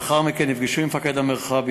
לאחר מכן נפגשו עם מפקד המרחב,